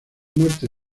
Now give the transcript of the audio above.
muerte